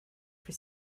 for